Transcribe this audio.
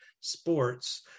sports